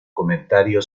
comentario